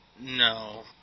No